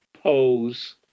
pose